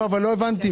לא הבנתי.